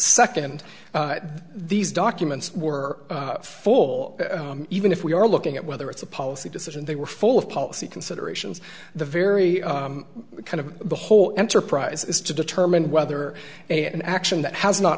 second and these documents were full even if we are looking at whether it's a policy decision they were full of policy considerations the very kind of the whole enterprise is to determine whether an action that has not